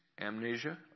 Amnesia